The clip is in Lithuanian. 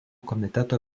komiteto